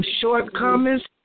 shortcomings